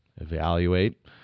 evaluate